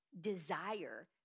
desire